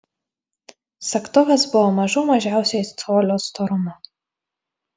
segtuvas buvo mažų mažiausiai colio storumo